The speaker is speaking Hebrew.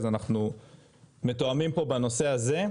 אז אנחנו מתואמים פה בנושא הזה,